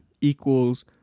equals